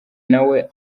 nawe